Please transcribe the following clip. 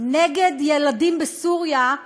נגד ילדים בסוריה,